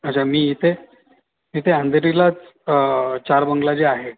अच्छा मी इथे इथे अंधेरीलाच चार बंगला जे आहे